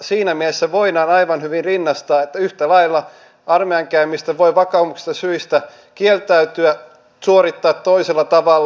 siinä mielessä voidaan aivan hyvin rinnastaa että yhtä lailla armeijan käymisestä voi vakaumuksellisista syistä kieltäytyä suorittaa toisella tavalla